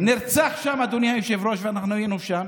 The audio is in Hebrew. ומי שנרצח שם, אדוני היושב-ראש, ואנחנו היינו שם,